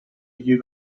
you